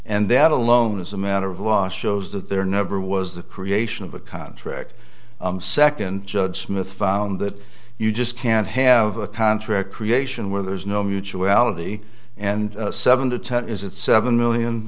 and that alone as a matter of law shows that there never was the creation of a contract second judge smith found that you just can't have a contract creation where there's no mutuality and seven to ten is it seven million